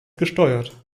gesteuert